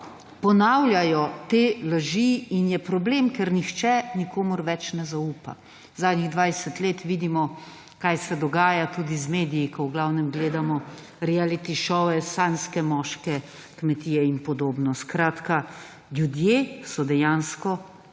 ponavljajo te laži in je problem, ker nihče nikomur več ne zaupa. V zadnjih 20 let vidimo kaj se dogaja tudi z mediji, ko v glavnem gledamo rijaliti šove Sanje moške, Kmetije in podobno. Skratka, ljudje so dejansko